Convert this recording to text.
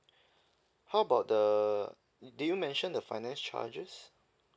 how about the did you mention the finance charges